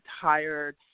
tired